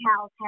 House